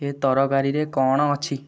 ଏ ତରକାରୀରେ କ'ଣ ଅଛି